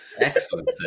Excellent